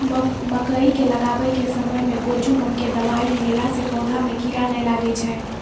मकई के लगाबै के समय मे गोचु नाम के दवाई मिलैला से पौधा मे कीड़ा नैय लागै छै?